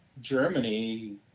Germany